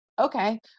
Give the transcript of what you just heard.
okay